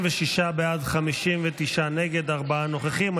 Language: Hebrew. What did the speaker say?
בעד, 36, נגד, 59, ארבעה נוכחים.